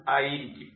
8 kJkg ആയിരിക്കും